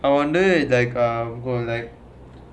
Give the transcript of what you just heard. I wonder like uh will like